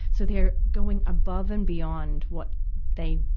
so they're going above and beyond what they,